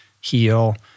heal